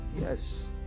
Yes